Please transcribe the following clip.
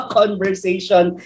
conversation